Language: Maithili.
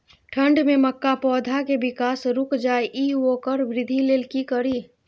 ठंढ में मक्का पौधा के विकास रूक जाय इ वोकर वृद्धि लेल कि करी?